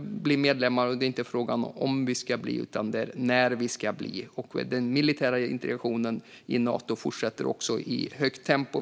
bli medlemmar. Det är inte fråga om om vi ska bli det utan när vi ska bli det. Den militära integrationen i Nato fortsätter dessutom i högt tempo.